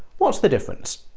what's the difference?